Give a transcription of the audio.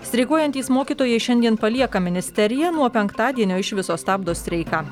streikuojantys mokytojai šiandien palieka ministeriją nuo penktadienio iš viso stabdo streiką